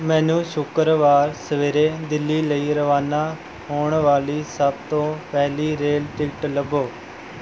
ਮੈਨੂੰ ਸ਼ੁੱਕਰਵਾਰ ਸਵੇਰੇ ਦਿੱਲੀ ਲਈ ਰਵਾਨਾ ਹੋਣ ਵਾਲੀ ਸਭ ਤੋਂ ਪਹਿਲੀ ਰੇਲ ਟਿਕਟ ਲੱਭੋ